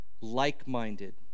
like-minded